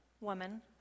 woman